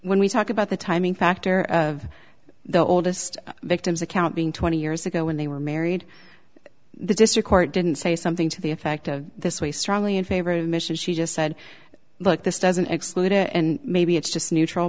when we talk about the timing factor of the oldest victims account being twenty years ago when they were married the district court didn't say something to the effect of this way strongly in favor of mission she just said look this doesn't exclude it and maybe it's just neutral